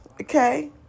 okay